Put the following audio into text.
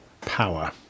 power